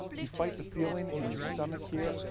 you fight the feeling in your stomach here.